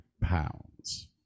pounds